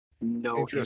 no